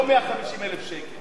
לא 150,000 שקל.